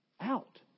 out